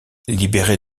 libéré